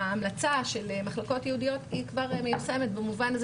ההמלצה של מחלקות ייעודיות כבר מיושמת במובן הזה